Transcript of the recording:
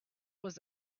was